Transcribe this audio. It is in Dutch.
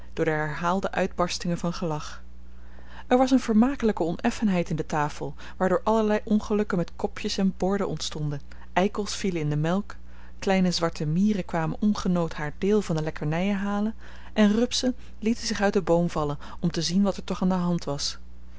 door de herhaalde uitbarstingen van gelach er was een vermakelijke oneffenheid in de tafel waardoor allerlei ongelukken met kopjes en borden ontstonden eikels vielen in de melk kleine zwarte mieren kwamen ongenood haar deel van de lekkernijen halen en rupsen lieten zich uit den boom vallen om te zien wat er toch aan de hand was